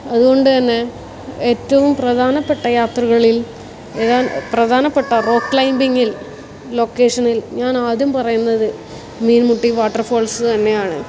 അതുകൊണ്ട് തന്നെ ഏറ്റവും പ്രധാനപ്പെട്ട യാത്രകളിൽ ഞാൻ പ്രധാനപ്പെട്ട റോക്ക് ക്ലൈമ്പിങ്ങിൽ ലൊക്കേഷനിൽ ഞാൻ ആദ്യം പറയുന്നത് മീൻമുട്ടി വാട്ടർഫാൾസ് തന്നെയാണ്